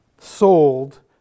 sold